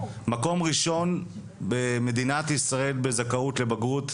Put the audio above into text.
מקום ראשון במדינת ישראל בזכאות לבגרות,